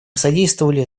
содействовали